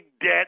debt